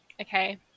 okay